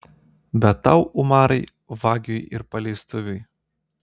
bet tau umarai vagiui ir paleistuviui